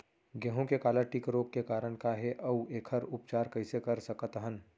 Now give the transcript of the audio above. गेहूँ के काला टिक रोग के कारण का हे अऊ एखर उपचार कइसे कर सकत हन?